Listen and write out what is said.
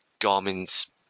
Garmin's